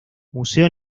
museo